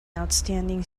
outstanding